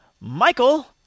Michael